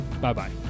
Bye-bye